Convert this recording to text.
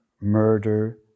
murder